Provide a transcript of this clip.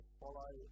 follow